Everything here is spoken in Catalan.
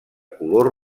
color